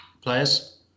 players